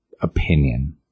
opinion